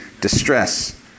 distress